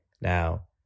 Now